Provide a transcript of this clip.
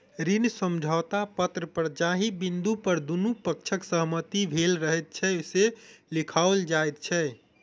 ऋण समझौता पत्र पर जाहि बिन्दु पर दुनू पक्षक सहमति भेल रहैत छै, से लिखाओल जाइत छै